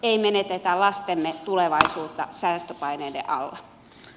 ei menetetä lastemme tulevaisuutta säästöpaineiden alla